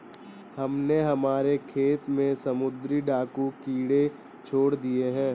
हमने हमारे खेत में समुद्री डाकू कीड़े छोड़ दिए हैं